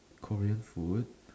Korean food